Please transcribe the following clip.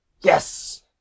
Yes